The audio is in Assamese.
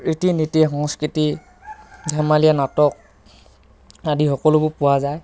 ৰীতি নীতি সংস্কৃতি ধেমালীয়া নাটক আদি সকলোবোৰ পোৱা য়ায়